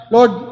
Lord